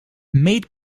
made